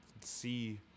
see